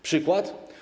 Przykład?